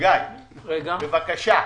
גיא, בבקשה.